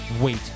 Wait